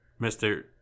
Mr